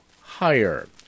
higher